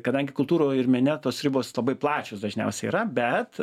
kadangi kultūroj ir mene tos ribos labai plačios dažniausiai yra bet